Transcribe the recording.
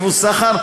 ייבוא וסחר.